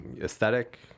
aesthetic